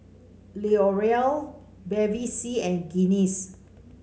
L'Oreal Bevy C and Guinness